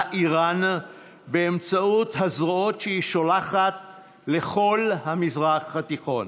איראן באמצעות הזרועות שהיא שולחת לכל המזרח התיכון,